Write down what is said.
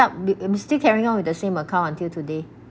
yup me uh me still carrying on with the same account until today